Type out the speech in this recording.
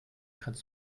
kannst